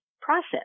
process